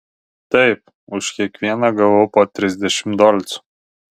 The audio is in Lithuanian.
taip už kiekvieną gavau po trisdešimt dolcų